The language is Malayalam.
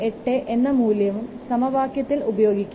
38 എന്ന് മൂല്യവും സമവാക്യത്തിൽ ഉപയോഗിക്കാം